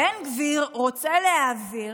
בן גביר רוצה להעביר